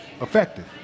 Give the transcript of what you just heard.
effective